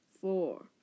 four